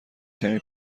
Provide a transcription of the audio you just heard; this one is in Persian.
کمی